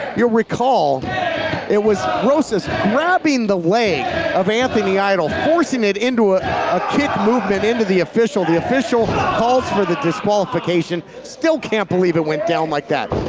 you recall it was roses grabbing the leg of anthony idol forcing it in to a ah kick movement in to the official. the official calls for the disqualification. still can't believe it went down like that.